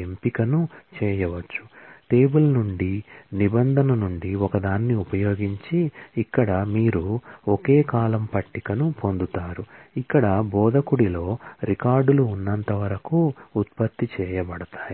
ఎంపికను చేయవచ్చు టేబుల్ నుండి నిబంధన నుండి ఒకదాన్ని ఉపయోగించి ఇక్కడ మీరు ఒకే కాలమ్ పట్టికను పొందుతారు ఇక్కడ బోధకుడిలో రికార్డులు ఉన్నంత వరకు ఉత్పత్తి చేయబడతాయి